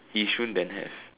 Yishun then have